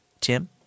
Tim